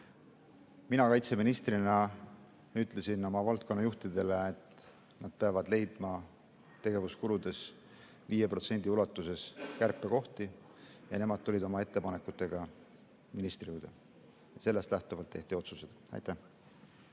Mina kaitseministrina ütlesin oma valdkonna juhtidele, et nad peavad leidma tegevuskuludes 5% ulatuses kärpekohti, ja nemad tulid oma ettepanekutega ministri juurde. Sellest lähtuvalt tehti otsused. Aitäh!